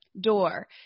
door